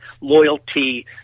loyalty